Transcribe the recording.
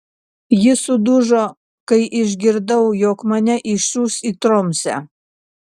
ji sudužo kai išgirdau jog mane išsiųs į tromsę